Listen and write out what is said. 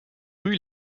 rues